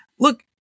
Look